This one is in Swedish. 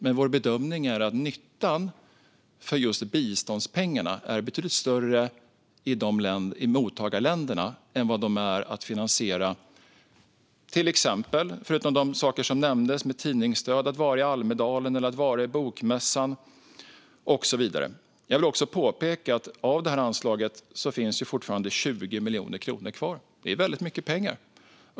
Men vår bedömning är att nyttan av just biståndspengarna är betydligt större om de används i mottagarländerna än om de - förutom de saker som nämnts - finansierar till exempel tidningsstöd, närvaro i Almedalen eller på bokmässan och så vidare. Jag vill också påpeka att 20 miljoner kronor av det här anslaget fortfarande finns kvar. Det är väldigt mycket pengar.